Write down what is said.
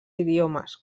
idiomes